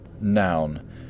noun